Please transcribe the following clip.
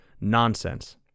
nonsense